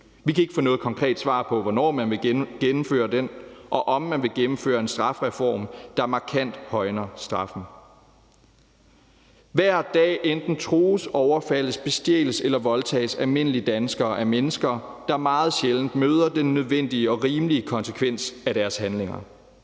Vi kan ikke få noget konkret svar på, hvornår man vil gennemføre den, og om man vil gennemføre en strafreform, der markant højner straffen. Hver dag enten trues, overfaldes, bestjæles eller voldtages almindelige danskere af mennesker, der meget sjældent møder den nødvendige og rimelige konsekvens af deres handlinger.